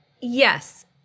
Yes